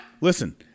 Listen